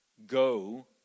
Go